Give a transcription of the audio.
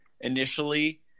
initially